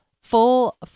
full